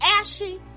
ashy